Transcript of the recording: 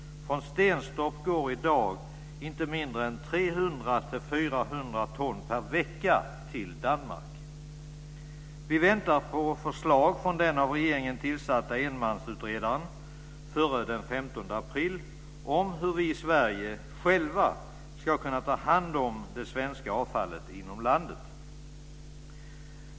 Från Stenstorp går i dag inte mindre än 300-400 ton per vecka till Danmark. Vi väntar på förslag från den av regeringen tillsatta enmansutredaren före den 15 april om hur vi i Sverige själva ska kunna ta hand om det svenska avfallet inom landet.